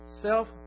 self